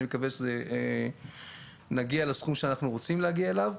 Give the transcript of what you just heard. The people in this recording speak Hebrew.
אני מקווה שנגיע לסכום שאנחנו רוצים להגיע אליו.